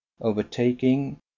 overtaking